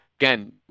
again